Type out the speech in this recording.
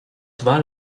dwa